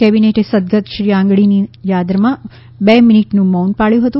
કેબિનેટે સદગત શ્રી આંગડીની યાદમાં બે મિનિટ મૌન પાબ્યું હતું